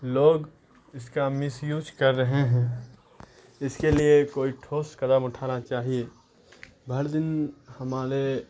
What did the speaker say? لوگ اس کا مسیوز کر رہے ہیں اس کے لیے کوئی ٹھوس قدم اٹھانا چاہیے ہر دن ہمارے